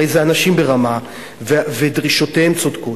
הרי זה אנשים ברמה ודרישותיהם צודקות.